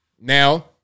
Now